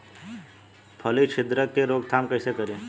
फली छिद्रक के रोकथाम कईसे करी?